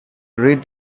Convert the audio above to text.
read